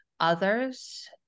others